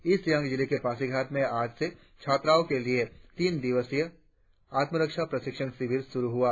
east Siang जिले के पासीघाट में आज से छात्राओं के लिए तीन दिवसीय आत्मारक्षा प्रशिक्षण शिविर शुरु हुआ